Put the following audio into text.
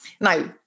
Now